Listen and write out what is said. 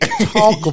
talk